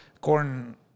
corn